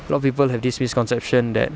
a lot of people have this misconception that